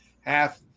half